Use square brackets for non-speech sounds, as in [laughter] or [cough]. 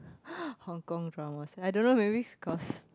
[noise] Hong-Kong dramas I don't know maybe it's cause